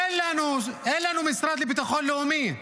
אין לנו משרד לביטחון לאומי,